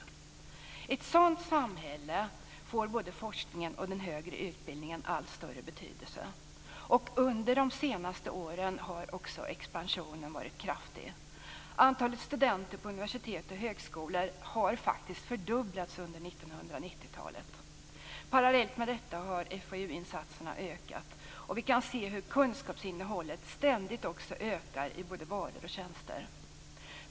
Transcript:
I ett sådant samhälle får både forskningen och den högre utbildningen allt större betydelse. Under de senaste åren har också expansionen varit kraftig. Antalet studenter på universitet och högskolor har faktiskt fördubblats under 1990-talet. Parallellt med detta har FoU-insatserna ökat, och vi kan se hur kunskapsinnehållet ständigt också ökar i både varor och tjänster.